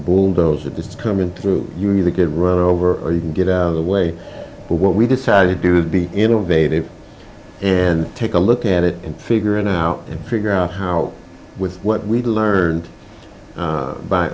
bulldozer this coming through you either get run over or you can get out of the way but what we decided do would be innovative and take a look at it and figure it out and figure out how with what we learned